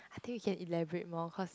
I think you can elaborate more cause